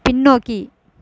பின்னோக்கி